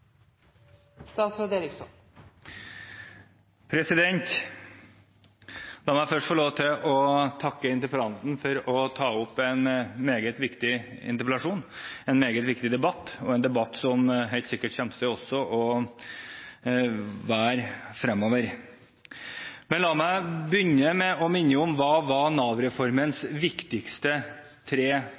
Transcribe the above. La meg først få lov til å takke interpellanten for å reise en meget viktig interpellasjon og en meget viktig debatt – en debatt som vi helt sikkert kommer til å ha også fremover. La meg minne om Nav-reformens tre viktigste punkter. Det er å